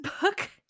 book